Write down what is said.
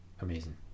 amazing